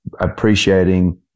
appreciating